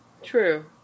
True